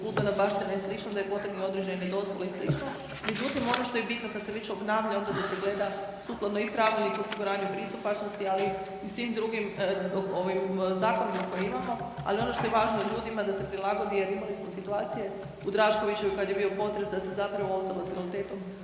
su kulturna baština i sl., da je potrebno i određene dozvole i sl., međutim ono što je bitno kad se već obnavlja, onda da se gleda sukladno i Pravilniku o osiguranju pristupačnosti ali i svim drugim zakonima koje imamo ali ono što je važno, ljudima da se prilagodi jer imali smo situacije u Draškovićevoj kad je bio potres, da se zapravo osoba sa invaliditetom